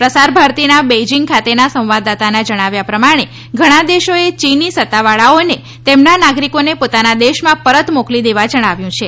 પ્રસાર ભારતીના બેઇજીંગ ખાતેના સંવાદદાતાનાં જણાવ્યા પ્રમાણે ઘણાં દેશોએ ચીની સત્તાવાળાઓને તેમના નાગરિકોને પોતાના દેશમાં પરત મોકલી દેવા જણાવ્યું છે